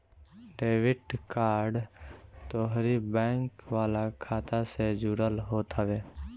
debit card तोहरी bank वाला खाता से जुड़ल होत हवे